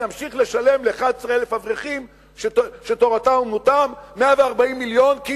נמשיך לשלם ל-11,000 אברכים שתורתם-אומנותם 140 מיליון?